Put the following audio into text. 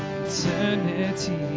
eternity